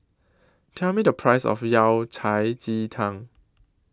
Tell Me The Price of Yao Cai Ji Tang